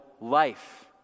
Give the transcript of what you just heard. life